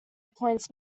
appoints